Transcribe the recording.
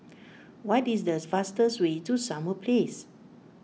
what is the fastest way to Summer Place